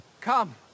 Come